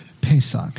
Pesach